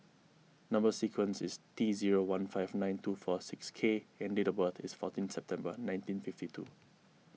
Number Sequence is T zero one five nine two four six K and date of birth is fourteen September nineteen fifty two